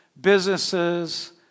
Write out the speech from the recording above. businesses